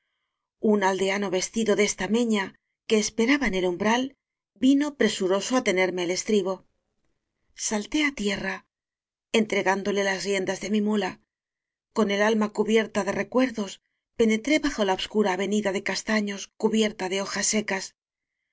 un aldeano vestido de estameña que esperaba en el umbral vino presuroso á tenerme el estribo salté á tierra entregándole las riendas de mi muía con el alma cubierta de recuerdos penetré bajo la obscura avenida de castaños cubierta de hojas secas